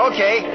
Okay